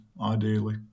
ideally